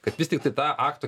kad vis tiktai tą akto